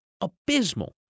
abysmal